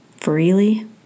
freely